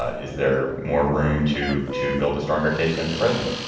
ah is there more room to to build a stronger case against the president?